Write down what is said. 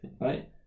Right